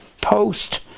post